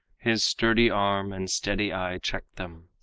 his sturdy arm and steady eye checked them,